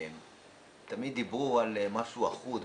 תמיד דיברו על משהו אחוד,